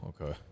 okay